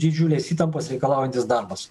didžiulės įtampos reikalaujantis darbas